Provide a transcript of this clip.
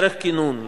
ערך כינון,